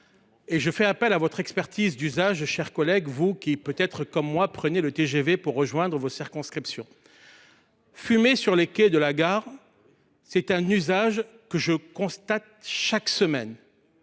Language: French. Je fais appel à votre expertise d’usage, car vous prenez peut être comme moi le TGV pour rejoindre vos circonscriptions. Fumer sur les quais de la gare est un usage que je constate chaque semaine.